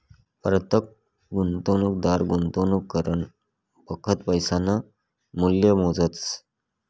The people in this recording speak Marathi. परतेक गुंतवणूकदार गुंतवणूक करानं वखत पैसासनं मूल्य मोजतस